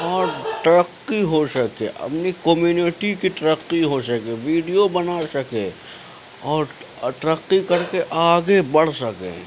اور ترقی ہو سکے اپنی کمیونٹی کی ترقی ہو سکے ویڈیو بنا سکے اور ترقی کر کے آگے بڑھ سکیں